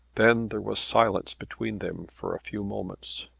then there was silence between them for a few moments.